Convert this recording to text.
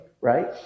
right